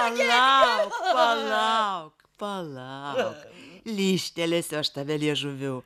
palauk palauk palauk lyžtelėsiu aš tave liežuviu